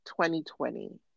2020